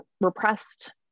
repressed